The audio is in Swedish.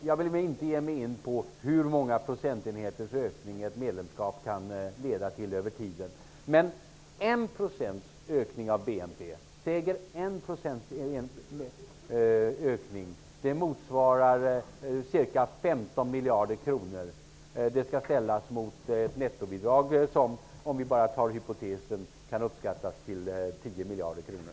Jag vill inte ge mig in på hur många procentenheters ökning ett medlemskap kan leda till över tiden, men 1 % ökning av BNP motsvarar ca 15 miljarder kronor. Det skall ställas mot ett nettobidrag som hypotetiskt kan uppskattas till 10 miljarder kronor.